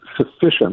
sufficient